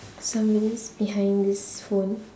somebody's behind this phone